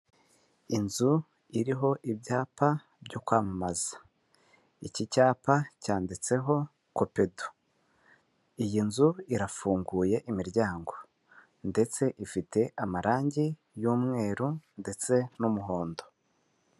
Inzu iriho ibyapa byo kwamamaza. Iki cyapa cyanditseho Copedu. Iyi nzu irafunguye imiryango ndetse ifite amarangi y'umweru ndetse n'umuhondo.